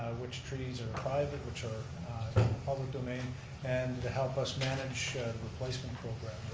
which trees are private, which are public domain and help us manage replacement program.